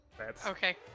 Okay